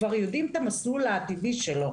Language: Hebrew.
כבר יודעים את המסלול העתידי שלו.